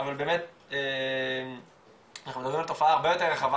אבל באמת אנחנו מדברים על תופעה הרבה יותר רחבה